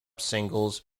singles